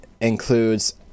includes